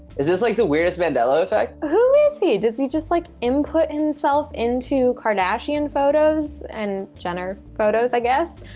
is this like the weirdest mandela effect? who is he? does he just like input himself into kardashian photos and jenner photos, i guess,